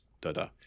da-da